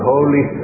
Holy